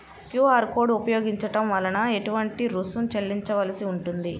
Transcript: QR code ఉపయోగించటం వలన ఏటువంటి రుసుం చెల్లించవలసి ఉంటుంది?